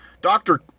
doctor